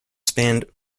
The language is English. spanned